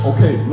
Okay